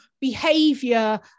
behavior